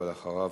ואחריו,